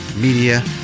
Media